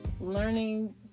Learning